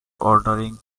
ordering